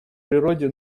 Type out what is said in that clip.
природе